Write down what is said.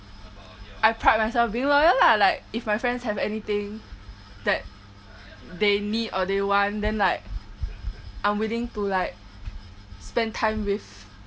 I pride myself being loyal lah like if my friends have anything that they need or they want then like I'm willing to like spend time with